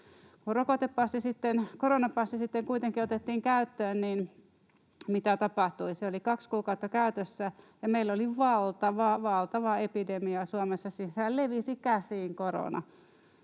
koronapassi sitten kuitenkin otettiin käyttöön, niin mitä tapahtui? Se oli kaksi kuukautta käytössä, ja meillä oli valtava, valtava epidemia Suomessa. Sehän levisi käsiin,